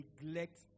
neglect